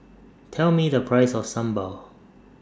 Tell Me The Price of Sambal